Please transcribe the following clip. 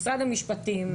למשרד המשפטים,